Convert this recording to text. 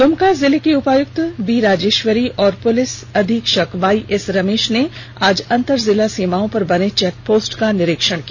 द्मका जिले की उपायुक्त बी राजेष्वरी और पुलिस अधीक्षक वाई एस रमेष ने आज अंतर जिला सीमाओं पर बने चेक पोस्ट का निरीक्षण किया